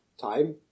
time